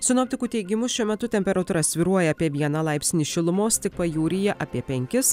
sinoptikų teigimu šiuo metu temperatūra svyruoja apie vieną laipsnį šilumos tik pajūryje apie penkis